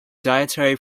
dietary